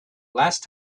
last